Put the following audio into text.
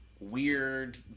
weird